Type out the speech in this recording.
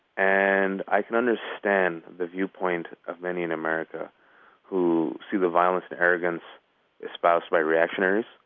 and i can understand the viewpoint of many in america who see the violence and arrogance espoused by reactionaries,